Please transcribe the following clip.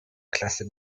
klasse